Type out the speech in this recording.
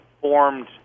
formed